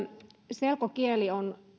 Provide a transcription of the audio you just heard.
selkokieli on